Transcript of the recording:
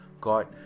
God